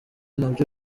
nabyo